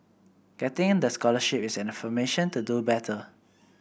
getting the scholarship is an affirmation to do better